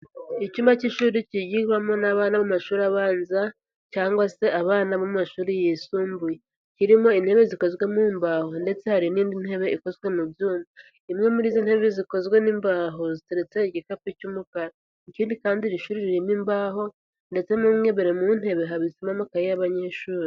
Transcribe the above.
Icyumba cy'ishuri kigirwamo n'abana b'amashuri abanza cyangwa se abana mu mashuri yisumbuye. Kirimo intebe zikozwe mu mbaho ndetse hari n'indi ntebe ikozwe mu byuma. Imwe muri izi ntebe zikozwe n'imbaho, ziteretseho igikapu cy'umukara. Ikindi kandi iri shuri ririmo imbaho ndetse mo mu imbere mu ntebe, habitswemo amakaye y'abanyeshuri.